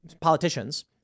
politicians